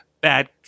bad